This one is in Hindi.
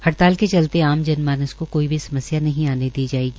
हड़ताल के चलते आम जनता जनमानस को कोई समस्या नहीं आने दी जायेगी